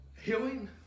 healing